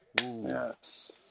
Yes